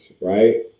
right